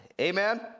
Amen